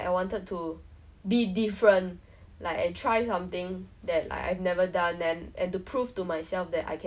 during that period in poly when I was like very fit then I realise oh actually you know it's actually quite a lot of fun maybe I should have like